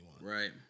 Right